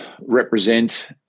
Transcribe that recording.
represent